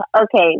Okay